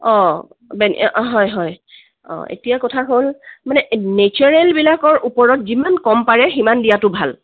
অঁ হয় হয় অঁ এতিয়া কথা হ'ল মানে নেচাৰেলবিলাকৰ ওপৰত যিমান কম পাৰে সিমান কম দিয়াতো ভাল